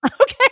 Okay